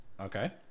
okay